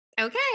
okay